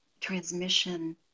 transmission